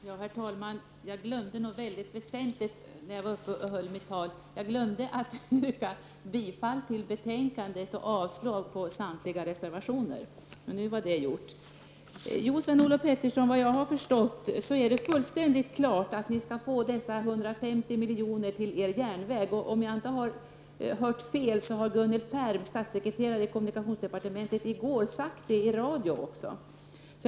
Herr talman! Jag glömde något väsentligt i det anförande jag höll tidigare. Jag glömde att yrka bifall till utskottets hemställan och avslag på samtliga reservationer. Det gör jag nu. Sedan till Sven-Olof Petersson: Såvitt jag har förstått är det fullständigt klart att ni skall få dessa 150 miljoner till er järnväg. Om jag inte hörde fel sade statssekreteraren i kommunikationsdepartementet, Gunnel Färm, i går detta också i radio.